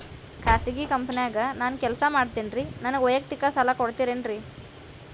ಖಾಸಗಿ ಕಂಪನ್ಯಾಗ ನಾನು ಕೆಲಸ ಮಾಡ್ತೇನ್ರಿ, ನನಗ ವೈಯಕ್ತಿಕ ಸಾಲ ಕೊಡ್ತೇರೇನ್ರಿ?